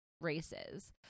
races